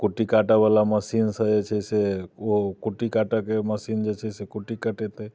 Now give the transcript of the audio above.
तऽ कुट्टी काटयवला मशीनसँ जे छै से ओ कुट्टी काटयके मशीन जे छै से कुट्टी कटैते